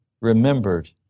remembered